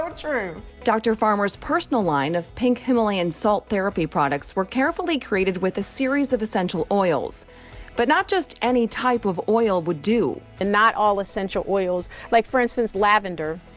um dr. farmer's personal line of pink himalayan salt therapy products were carefully created with a series of essential oils but not just any type of oil would do. and not all essential oils like for instance lavender.